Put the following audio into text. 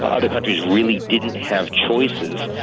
ah other countries really didn't have choices.